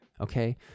okay